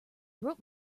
wrote